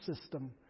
system